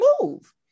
move